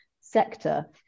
sector